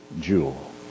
jewel